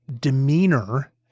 demeanor